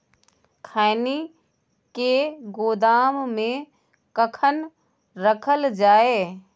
खैनी के गोदाम में कखन रखल जाय?